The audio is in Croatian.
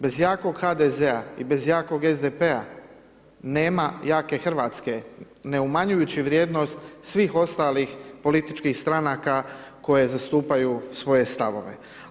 Bez jakog HDZ-a i bez jakog SDP-a nema jake Hrvatske ne umanjujući vrijednost svih ostalih političkih stranaka koje zastupaju svoje stavove.